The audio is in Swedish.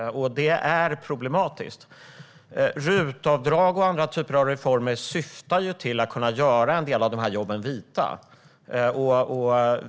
Det är problematiskt. RUT-avdraget och andra typer av reformer syftar till att göra en del av jobben vita.